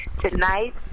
tonight